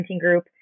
group